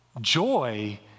Joy